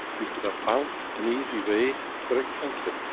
you could have found an easy way for a cancer.